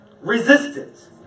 resistance